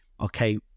Okay